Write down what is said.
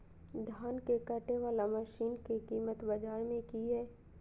धान के कटे बाला मसीन के कीमत बाजार में की हाय?